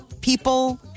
people